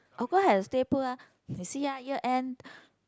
of course have to stay put ah you see ah year end